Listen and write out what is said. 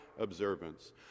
Observance